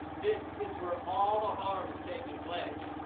this is where all the harm is taking place!